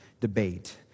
debate